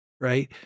right